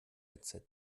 headset